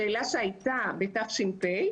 שאלה שהייתה בתש"ף,